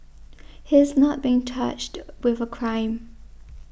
he is not being charged with a crime